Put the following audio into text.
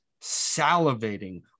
salivating